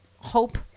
hope